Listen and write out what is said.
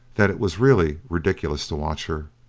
that it was really ridiculous to watch her.